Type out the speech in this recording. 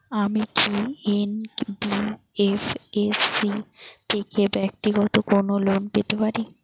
আমি কি এন.বি.এফ.এস.সি থেকে ব্যাক্তিগত কোনো লোন পেতে পারি?